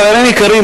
חברים יקרים,